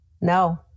No